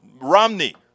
Romney